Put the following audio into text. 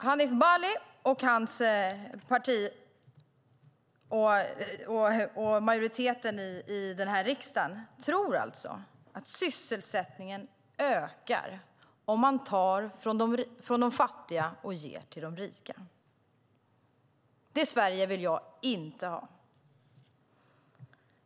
Hanif Bali och hans parti och majoriteten i riksdagen tror alltså att sysselsättningen ökar om man tar från de fattiga och ger till de rika. Det Sverige vill jag inte ha.